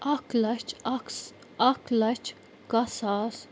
اَکھ لَچھ اَکھ اَکھ لَچھ کَہہ ساس